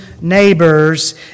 neighbors